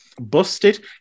Busted